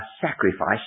sacrifice